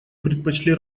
предпочли